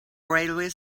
railway